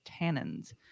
tannins